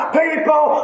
people